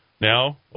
Now